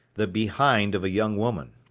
the behind of a young woman.